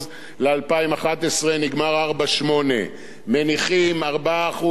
נגמר 4.8. מניחים 4% ל-2012,